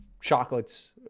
chocolates